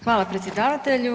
Hvala predsjedavatelju.